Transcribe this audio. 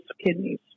kidneys